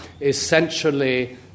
essentially